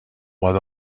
what